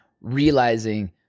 realizing